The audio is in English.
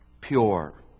Pure